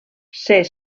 ser